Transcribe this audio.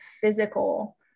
physical